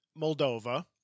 Moldova